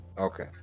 Okay